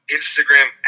Instagram